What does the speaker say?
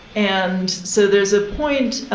and so there is a point,